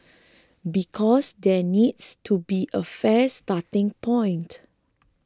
because there needs to be a fair starting point